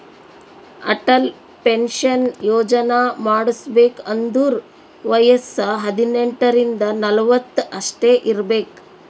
Atal pension ಯೋಜನಾ ಮಾಡುಸ್ಬೇಕ್ ಅಂದುರ್ ವಯಸ್ಸ ಹದಿನೆಂಟ ರಿಂದ ನಲ್ವತ್ ಅಷ್ಟೇ ಇರ್ಬೇಕ್